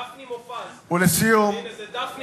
דפני מופז, קוראים לזה.